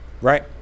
Right